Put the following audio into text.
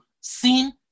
sin